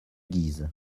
guise